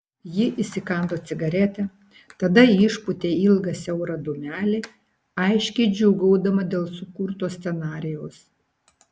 ji įsikando cigaretę tada išpūtė ilgą siaurą dūmelį aiškiai džiūgaudama dėl sukurto scenarijaus